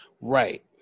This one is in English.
Right